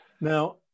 Now